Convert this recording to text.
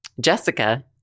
Jessica